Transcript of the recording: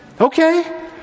okay